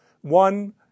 One